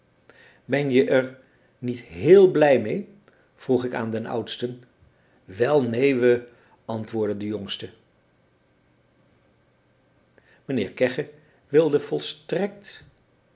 ben je er niet héél blij mee vroeg ik aan den oudste wel neen we antwoordde de jongste mijnheer kegge wilde volstrekt